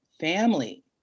family